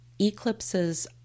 eclipses